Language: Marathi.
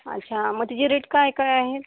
अच्छा मग तिचे रेट काय काय आहेत